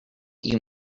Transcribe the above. you